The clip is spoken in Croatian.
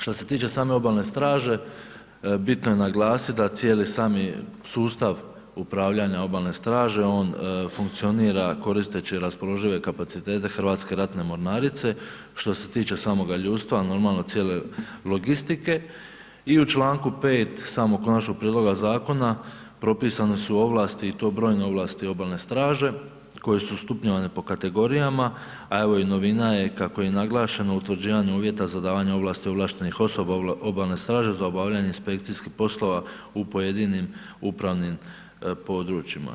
Što se tiče same Obalne straže, bitno je naglasiti da cijeli sami sustav upravljanja Obalne straže, on funkcionira koristeći raspoložive kapacitete Hrvatske ratne mornarice što se tiče samoga ljudstva normalno cijele logistike i u čl. 5. samog konačnog prijedloga zakona propisane su ovlasti i to brojne ovlasti Obalne straže koje su stupnjevane po kategorijama a evo i novina je kako je i naglašeno, utvrđivanje uvjeta za davanje ovlasti ovlaštenih osoba Obalne straže za obavljanje inspekcijskih poslova u pojedinim upravnim područjima.